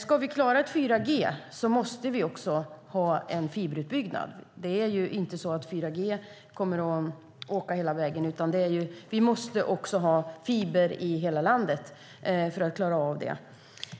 Ska vi klara 4G måste vi också ha en fiberutbyggnad. 4G kommer inte att åka hela vägen, utan vi måste också ha fiber i hela landet för att klara av det.